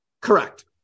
Correct